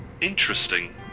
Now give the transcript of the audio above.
Interesting